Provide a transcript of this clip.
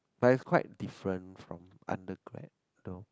but is quite different from undergrad though